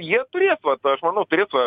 jie turės vat aš manau turės va